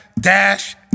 Dash